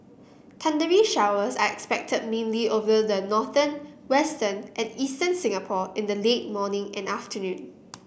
thundery showers are expected mainly over the northern western and eastern Singapore in the late morning and afternoon